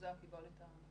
זו הקיבולת.